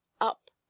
up